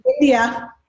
India